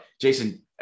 Jason